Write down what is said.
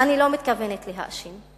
אני לא מתכוונת להאשים,